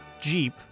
Jeep